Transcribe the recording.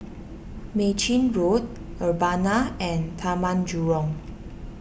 Mei Chin Road Urbana and Taman Jurong